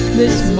this